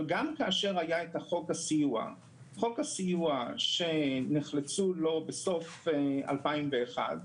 גם כאשר היה חוק הסיוע שהתחילו בו בסוף 2001,